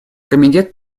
комитет